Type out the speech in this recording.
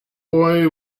boy